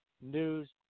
News